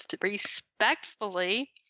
respectfully